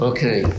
Okay